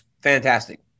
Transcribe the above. fantastic